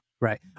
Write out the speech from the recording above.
Right